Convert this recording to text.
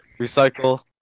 Recycle